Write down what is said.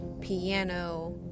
piano